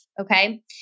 Okay